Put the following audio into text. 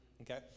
Okay